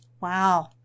Wow